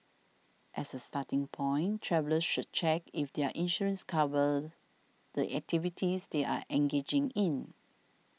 as a starting point travellers should check if their insurance covers the activities they are engaging in